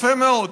יפה מאוד.